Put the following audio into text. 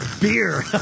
beer